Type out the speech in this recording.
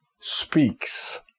speaks